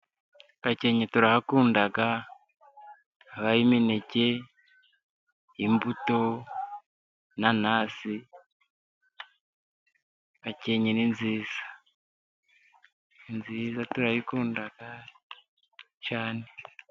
Gakenke turahakunda habayo imineke, imbuto, inanasi Gakeke ni nziza ni nziza turayikunda cyane.